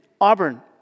Auburn